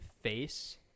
face